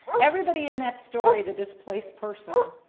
everybody in that story, the displaced person,